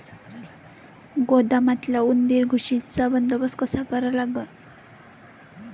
गोदामातल्या उंदीर, घुशीचा बंदोबस्त कसा करा लागन?